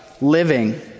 living